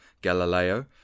Galileo